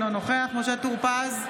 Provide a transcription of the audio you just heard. אינו נוכח משה טור פז,